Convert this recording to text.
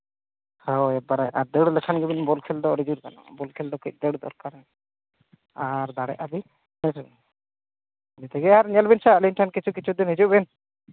ᱦᱳᱭ ᱯᱟᱨᱮ ᱟᱨ ᱫᱟᱹᱲ ᱞᱮᱠᱷᱟᱱ ᱜᱮ ᱵᱚᱞ ᱠᱷᱮᱞ ᱫᱚ ᱟᱹᱰᱤ ᱡᱳᱨ ᱜᱟᱱᱚᱜᱼᱟ ᱵᱚᱞ ᱠᱷᱮᱞ ᱫᱚ ᱠᱟᱹᱡ ᱫᱟᱹᱲ ᱫᱚᱨᱠᱟᱨ ᱟᱨ ᱫᱟᱲᱮᱜ ᱟᱵᱮᱱ ᱦᱮᱸ ᱥᱮ ᱮᱢᱱᱤ ᱛᱮᱜᱮ ᱧᱮᱞ ᱵᱮᱱ ᱥᱮ ᱟᱹᱞᱤᱧ ᱴᱷᱮᱱ ᱠᱤᱪᱷᱩ ᱠᱤᱪᱷᱩ ᱫᱤᱱ ᱦᱤᱡᱩᱜ ᱵᱤᱱ